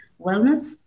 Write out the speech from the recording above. wellness